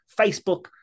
Facebook